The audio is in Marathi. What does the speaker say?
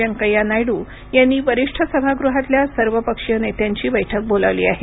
वेंकैया नायडू यांनी वरिष्ठ सभागृहातल्या सर्वपक्षीय नेत्यांची बैठक बोलावली आहे